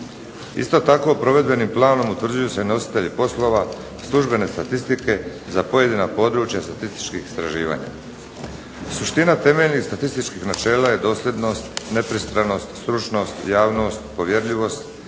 Isto tako provedbenim planom utvrđuju se nositelji poslova, službene statistike za pojedina područja statističkih istraživanja. Suština temeljnih statističkih načela je dosljednost, nepristranost, stručnost, javnost, povjerljivost